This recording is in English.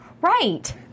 Right